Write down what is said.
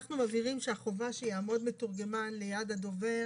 אנחנו מבהירים שהחובה שיעמוד מתורגמן ליד הדובר